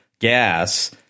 gas